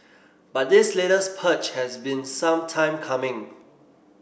but this latest purge has been some time coming